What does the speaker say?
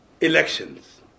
elections